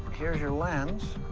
here's your lens.